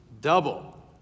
double